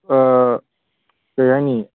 ꯀꯔꯤ ꯍꯥꯏꯅꯤ